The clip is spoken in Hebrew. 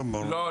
לא.